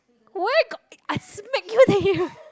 where got I I smack you then you